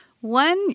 one